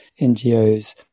NGOs